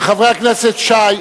חבר הכנסת שי,